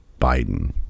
Biden